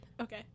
Okay